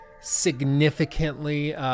significantly